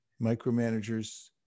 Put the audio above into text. Micromanagers